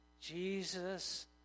Jesus